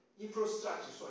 infrastructure